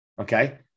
Okay